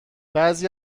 بعضی